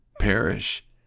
perish